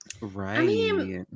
right